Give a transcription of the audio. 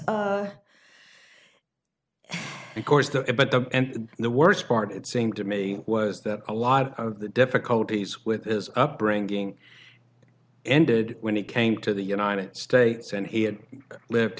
the course the it but the and the worst part it seemed to me was that a lot of the difficulties with is upbringing ended when he came to the united states and he had lived